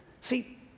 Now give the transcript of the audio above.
See